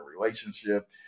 relationship